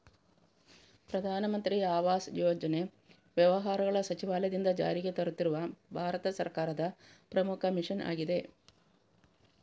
ಪ್ರಧಾನ ಮಂತ್ರಿ ಆವಾಸ್ ಯೋಜನೆ ವ್ಯವಹಾರಗಳ ಸಚಿವಾಲಯದಿಂದ ಜಾರಿಗೆ ತರುತ್ತಿರುವ ಭಾರತ ಸರ್ಕಾರದ ಪ್ರಮುಖ ಮಿಷನ್ ಆಗಿದೆ